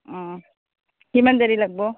কিমান দেৰী লাগিব